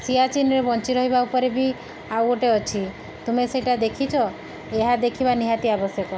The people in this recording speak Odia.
ସିଆଚିନ୍ରେ ବଞ୍ଚି ରହିବା ଉପରେ ବି ଆଉ ଗୋଟେ ଅଛି ତୁମେ ସେଇଟା ଦେଖିଛ ଏହା ଦେଖିବା ନିହାତି ଆବଶ୍ୟକ